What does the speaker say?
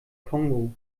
kongo